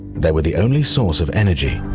they were the only source of energy,